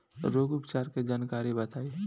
रोग उपचार के जानकारी बताई?